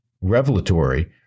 revelatory